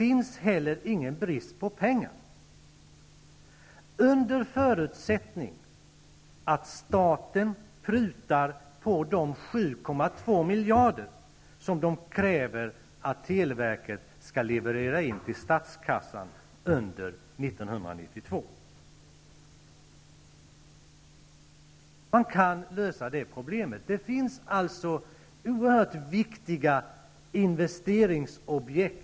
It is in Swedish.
Inte heller råder det brist på pengar -- under förutsättning att staten prutar när det gäller de 7,2 miljarder som televerket måste leverera in till statskassan under Detta problem kan lösas. Det finns alltså oerhört viktiga investeringsobjekt.